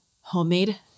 homemade